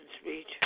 speech